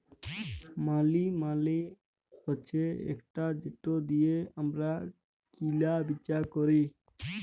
মালি মালে হছে টাকা যেট দিঁয়ে আমরা কিলা বিচা ক্যরি